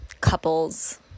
couples